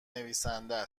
نویسنده